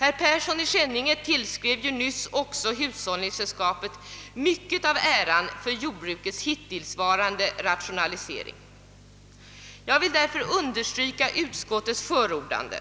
Herr Persson i Skänninge tillskrev ju också nyss hushållningsällskapen mycket av äran för jordbrukets hittillsvarande rationalisering. Jag vill därför understryka utskottets förordande,